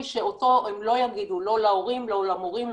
שאותו הם לא יגידו לא להורים לא למורים,